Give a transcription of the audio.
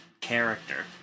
character